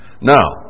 Now